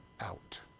out